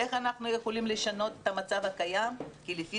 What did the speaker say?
איך אנחנו יכולים לשנות את המצב הקיים כי לפי